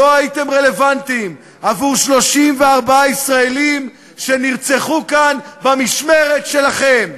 לא הייתם רלוונטיים עבור 34 ישראלים שנרצחו כאן במשמרת שלכם.